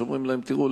שאומרים להם: תראו,